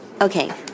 Okay